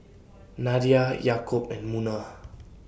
Nadia Yaakob and Munah